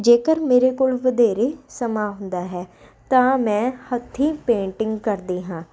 ਜੇਕਰ ਮੇਰੇ ਕੋਲ ਵਧੇਰੇ ਸਮਾਂ ਹੁੰਦਾ ਹੈ ਤਾਂ ਮੈਂ ਹੱਥੀ ਪੇਂਟਿੰਗ ਕਰਦੀ ਹਾਂ